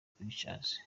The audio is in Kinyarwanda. pictures